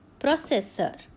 processor